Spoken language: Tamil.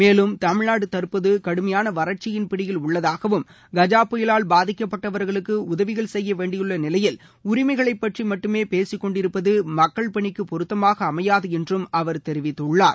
மேலும் தமிழ்நாடு தற்போது கடுமையான வறட்சியின் பிடியில் உள்ளதாகவும் கஜா புயலால் பாதிக்கப்பட்டவர்களுக்கு உதவிகள் செய்ய வேண்டியுள்ள நிலையில் உரிமைகளைப் பற்றி மட்டுமே பேசிக் கொண்டிருப்பது மக்கள் பணிக்கு பொருத்தமாக அமையாது என்றும் அவர் தெரிவித்துள்ளார்